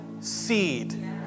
seed